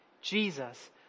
Jesus